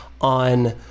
on